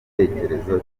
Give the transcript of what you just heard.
ibitekerezo